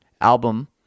album